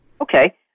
Okay